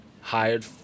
hired